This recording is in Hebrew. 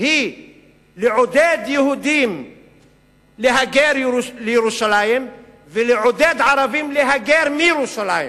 היא לעודד יהודים להגר לירושלים ולעודד ערבים להגר מירושלים.